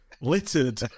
littered